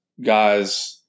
guys